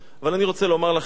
אבל אני רוצה לומר לכם,